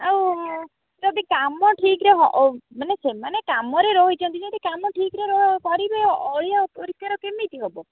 ଆଉ ଯଦି କାମ ଠିକରେ ମାନେ ସେମାନେ କାମରେ ରହିଛନ୍ତି ଯଦି କାମ ଠିକରେ କରିବେ ଅଳିଆ ଅପରିଷ୍କାର କେମିତି ହବ